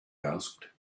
asked